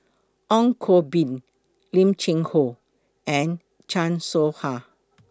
Ong Koh Bee Lim Cheng Hoe and Chan Soh Ha